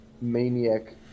maniac